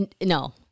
No